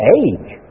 age